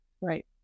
Right